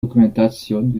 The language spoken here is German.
dokumentation